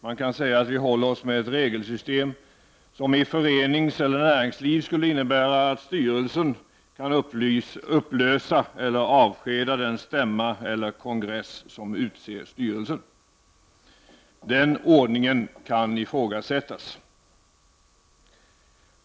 Man kan säga att vi håller oss med ett regelsystem, som i föreningseller näringsliv skulle innebära att styrelsen kan upplösa eller avskeda den stämma eller kongress som utser styrelsen. Den ordningen kan ifrågasättas.